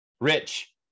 rich